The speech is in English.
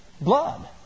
blood